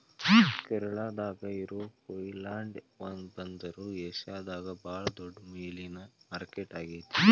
ಕೇರಳಾದಾಗ ಇರೋ ಕೊಯಿಲಾಂಡಿ ಬಂದರು ಏಷ್ಯಾದಾಗ ಬಾಳ ದೊಡ್ಡ ಮೇನಿನ ಮಾರ್ಕೆಟ್ ಆಗೇತಿ